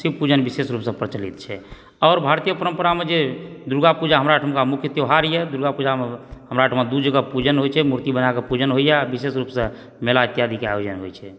शिव पूजन विशेष रूपसँ प्रचलित छै आओर भारतीय परम्परामे जे दुर्गापूजा हमरा अयठिमाक मुख्य त्यौहारए दुर्गापूजामे हमरा ओहिठमा दू जगह पूजन होइत छै मूर्ति बनाके पूजन होइत छै आ विशेष रूपसँ मेला इत्यादिके आयोजन होइत छै